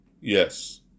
Yes